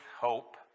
hope